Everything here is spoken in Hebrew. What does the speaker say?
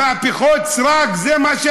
מהפכות סרק זה,